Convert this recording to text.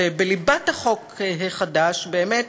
ובליבת החוק החדש, באמת